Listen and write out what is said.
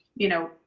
you know,